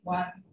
One。